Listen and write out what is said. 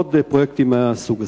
ועוד פרויקטים מהסוג הזה.